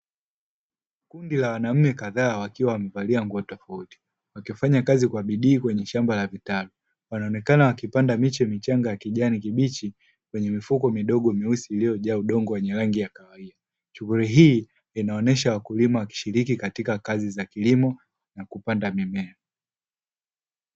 Kundi la wanume kadhaa wakiwa wamevalia nguo tofauti wakifanyakazi kwa bidii kwenye shamba la vitalu. Wanaonekana wakipanda miche michanga ya kijani kibichi kweye mifuko midogo myeusi iliyojaa udongo wenye rangi ya kahawia. Shughuli hii inaonesha wakulima wakishiliki katika kazi za kilimo na kupanda mimea.